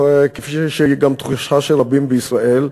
שהיא גם תחושה של רבים בישראל,